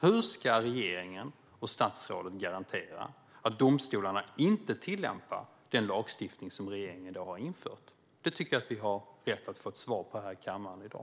Hur ska regeringen och statsrådet garantera att domstolarna inte tillämpar den lagstiftning som regeringen i dag har infört? Det tycker jag att vi har rätt att få ett svar på här i kammaren i dag.